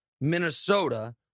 Minnesota